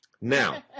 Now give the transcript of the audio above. Now